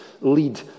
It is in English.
lead